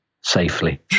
safely